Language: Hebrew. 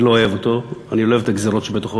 אני לא אוהב אותו, אני לא אוהב את הגזירות שבתוכו,